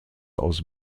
aus